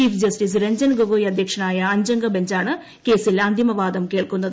chief justice Ranjan Gogoi അദ്ധ്യക്ഷനായ അഞ്ചംഗ ബെഞ്ചാണ് കേസിൽ അന്തിമവാദം കേൾക്കുന്നത്